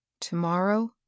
Tomorrow